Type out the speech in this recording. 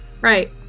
Right